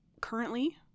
currently